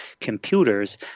computers